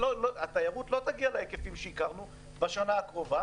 התיירות לא תגיע להיקפים שהכרנו בשנה הקרובה.